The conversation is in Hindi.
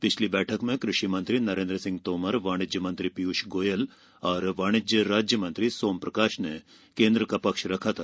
पिछली बैठक में कृषि मंत्री नरेन्द्र सिंह तोमर वाणिज्य मंत्री पीयूष गोयल और वाणिज्य राज्यमंत्री सोम प्रकाश ने केन्द्र का पक्ष रखा था